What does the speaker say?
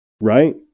right